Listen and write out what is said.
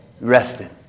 rested